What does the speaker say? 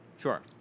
Sure